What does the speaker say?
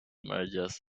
mergers